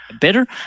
better